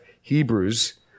Hebrews